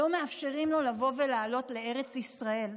לא מאפשרים לו לבוא ולעלות לארץ ישראל?